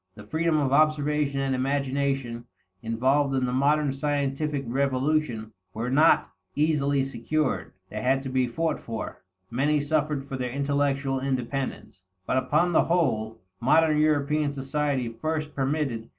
the freedom of observation and imagination involved in the modern scientific revolution were not easily secured they had to be fought for many suffered for their intellectual independence. but, upon the whole, modern european society first permitted,